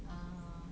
err